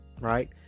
right